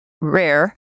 rare